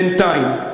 בינתיים,